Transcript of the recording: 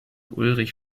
ulrich